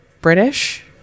British